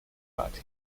party